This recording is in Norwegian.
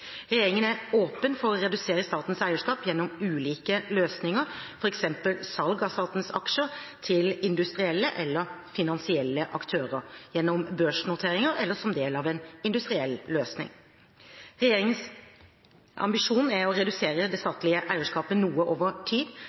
Regjeringen er åpen for å redusere statens eierskap gjennom ulike løsninger, f.eks. salg av statens aksjer til industrielle eller finansielle aktører, gjennom børsnoteringer eller som del av en industriell løsning. Regjeringens ambisjon er å redusere det statlige eierskapet noe over tid,